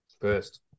first